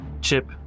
Chip